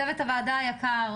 צוות הוועדה היקר,